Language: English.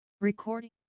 Recording